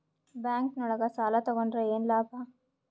Bank ನೊಳಗ ಸಾಲ ತಗೊಂಡ್ರ ಏನು ಲಾಭ?